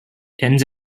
tens